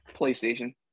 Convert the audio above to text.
PlayStation